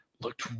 looked